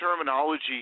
terminology